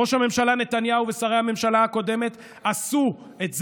ראש הממשלה נתניהו ושרי הממשלה הקודמת עשו את זה,